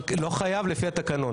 לא חייב לפי התקנון.